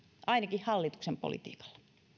ainakin hallituksen politiikalla